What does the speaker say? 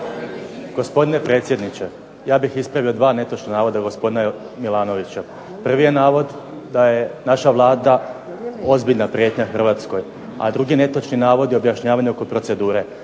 Gospodine predsjedniče. Ja bih ispravio dva netočna navoda gospodina Milanovića. Prvi je navod da je naša Vlada ozbiljna prijetnja Hrvatskoj. A drugi netočan navod je objašnjavanje oko procedure.